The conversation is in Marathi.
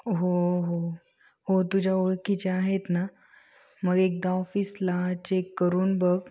हो हो हो तुझ्या ओळखीचे आहेत ना मग एकदा ऑफिसला चेक करून बघ